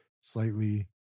slightly